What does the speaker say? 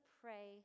pray